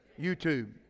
YouTube